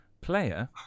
player